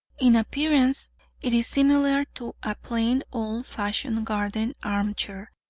in appearance it is similar to a plain, old-fashioned garden arm-chair,